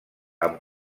amb